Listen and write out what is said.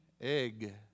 egg